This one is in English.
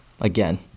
again